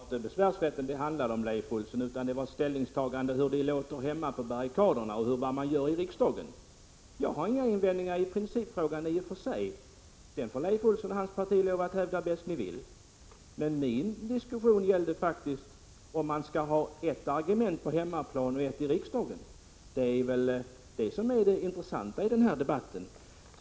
Herr talman! Det är inte besvärsrätten det handlar om, Leif Olsson, utan vad det gäller är hur man låter hemma på barrikaderna och vad man sedan gör här i riksdagen. Jag har i och för sig ingen invändning i principfrågan. Den får Leif Olsson och hans parti lov att hävda bäst ni vill, men min diskussion gällde om man skall ha ett argument på hemmaplan och ett annat i riksdagen. Det är väl det som är det intressanta i den här debatten.